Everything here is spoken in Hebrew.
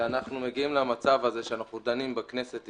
שאנחנו מגיעים למצב הזה שאנחנו דנים בכנסת ישראל,